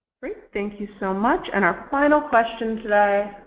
great. thank you so much. and our final question today.